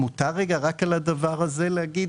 אם מותר, אני רוצה להתייחס.